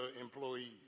employees